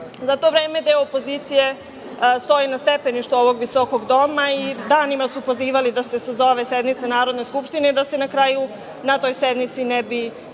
to vreme deo opozicije stoji na stepeništu ovog visokog doma i danima su pozivali da se sazove sednica Narodne skupštine i da se na kraju na toj sednici ne bi